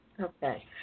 Okay